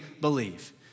believe